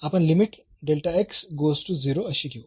तर आणि आता आपण लिमिट अशी घेऊ